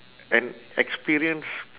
and experience